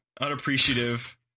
Unappreciative